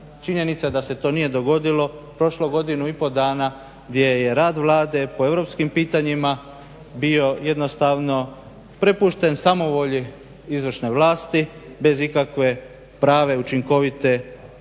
Činjenica je da se to nije dogodilo, prošlo je godinu i pol dana gdje je rad Vlade po europskim pitanjima bio jednostavno prepušten samovolji izvršne vlasti bez ikakve prave, učinkovite